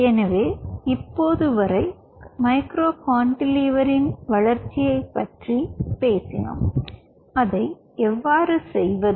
எனவே இப்போது வரை மைக்ரோ கான்டிலீவரின் வளர்ச்சியைப் பற்றி பேசினோம் அதை எவ்வாறு செய்வது